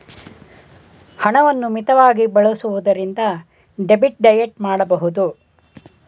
ಹಣವನ್ನು ಮಿತವಾಗಿ ಬಳಸುವುದರಿಂದ ಡೆಬಿಟ್ ಡಯಟ್ ಮಾಡಬಹುದು